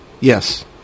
yes